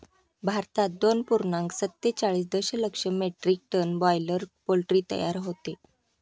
भारतात दोन पूर्णांक सत्तेचाळीस दशलक्ष मेट्रिक टन बॉयलर पोल्ट्री तयार होते